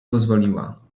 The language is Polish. pozwoliła